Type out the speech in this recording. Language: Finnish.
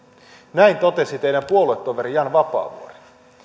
näin totesi teidän puoluetoverinne jan vapaavuori